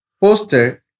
posted